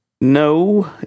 No